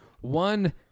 one